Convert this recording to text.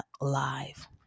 live